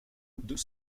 deux